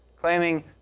claiming